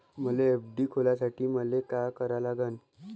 मले एफ.डी खोलासाठी मले का करा लागन?